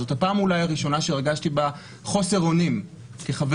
זאת הפעם אולי הראשונה שהרגשתי בה חוסר אונים כחבר